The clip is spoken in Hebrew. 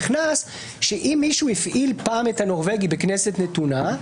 שאם מישהו הפעיל פעם את הנורבגי בכנסת נתונה,